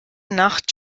nacht